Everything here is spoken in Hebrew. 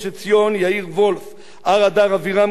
הר-אדר, אבירם כהן, הר-חברון, צביקי בר-חי.